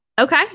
okay